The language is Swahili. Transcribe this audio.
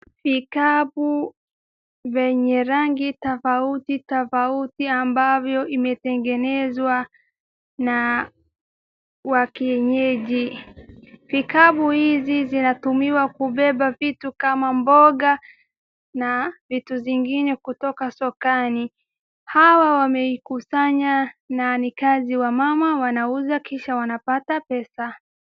Vikapu vyenye rangi tofautitofauti ambavyo imetengezwa na wa kienyeji. Vikapu hizi zinatumiwa kubeba vitu kama mboga na vitu zingine kutoka sokani. Hawa wameikusanya na ni kazi wamama wanauza kisha wanapata pesa.